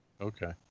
Okay